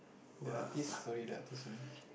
the artist sorry the artist only